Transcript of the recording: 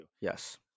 Yes